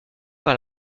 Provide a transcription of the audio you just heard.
par